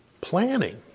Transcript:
planning